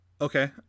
Okay